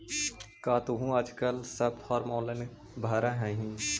का तुहूँ आजकल सब फॉर्म ऑनेलाइन भरऽ हही?